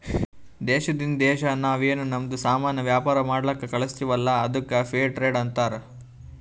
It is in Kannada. ದೇಶದಿಂದ್ ದೇಶಾ ನಾವ್ ಏನ್ ನಮ್ದು ಸಾಮಾನ್ ವ್ಯಾಪಾರ ಮಾಡ್ಲಕ್ ಕಳುಸ್ತಿವಲ್ಲ ಅದ್ದುಕ್ ಫೇರ್ ಟ್ರೇಡ್ ಅಂತಾರ